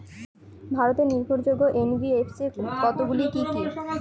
ভারতের নির্ভরযোগ্য এন.বি.এফ.সি কতগুলি কি কি?